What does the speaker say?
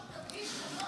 חנוך,